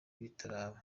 bitaraba